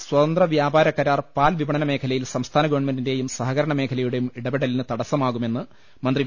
P സ്വതന്ത്ര വ്യാപാര കരാർ പാൽ വിപണന മേഖല യിൽ സംസ്ഥാന ഗവൺമെന്റിന്റെയും സഹകരണ മേഖലയുടെയും ഇടപെടലിന് തടസ്സമാകുമെന്ന് മന്ത്രി വി